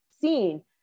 seen